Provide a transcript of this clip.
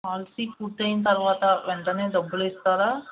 policy పూర్తయిన తరువాత వెంటనే డబ్బులు ఇస్తారా